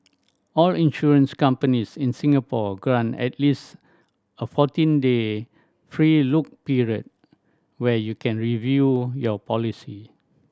all insurance companies in Singapore grant at least a fourteen day free look period where you can review your policy